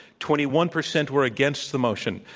twenty one percent were against the motion.